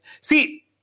See